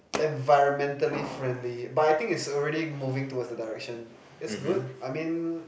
environmentally friendly but I think it's already moving to the direction it's good I mean